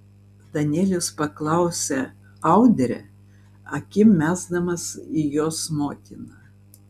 danielius paklausė audrę akim mesdamas į jos motiną